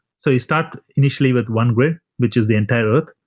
so you start initially with one grid, which is the entire earth,